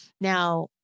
Now